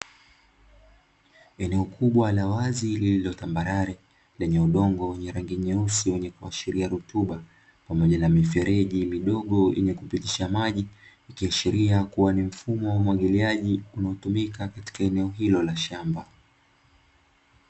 Eneo kubwa la wazi lililo tambarare, lenye udongo wenye rangi nyeusi wenye kuashiria rutuba, pamoja na mifereji midogo yenyekupitisha maji, ikiashiria kuwa ni mfumo wa umwagiliaji wa maji unaotumika katika eneo hilo la shamba.